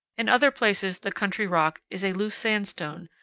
in other places the country rock is a loose sandstone,